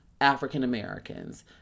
African-Americans